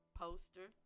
poster